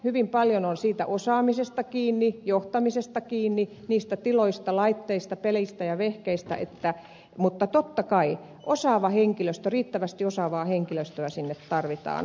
hyvin paljon on osaamisesta kiinni johtamisesta kiinni niistä tiloista laitteista peleistä ja vehkeistä mutta totta kai riittävästi osaavaa henkilöstöä sinne tarvitaan